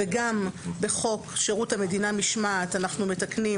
וגם בחוק שירות המדינה משמעת אנו מתקנים